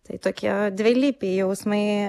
tai tokie dvilypiai jausmai